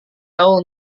tahu